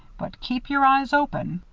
but keep your eyes open.